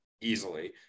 easily